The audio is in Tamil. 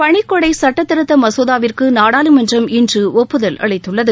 பணிக்கொடை சட்டத்திருத்த மசோதாவிற்கு நாடாளுமன்றம் இன்று ஒப்புதல் அளித்துள்ளது